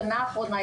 בשנה האחרונה,